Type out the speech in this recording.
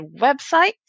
website